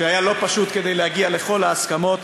והיה לא פשוט להגיע לכל ההסכמות.